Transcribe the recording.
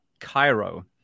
Cairo